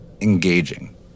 engaging